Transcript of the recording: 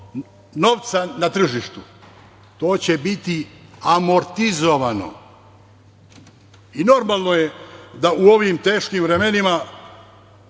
novca na tržištu to će biti amortizovano. Normalno je da u ovim teškim vremenima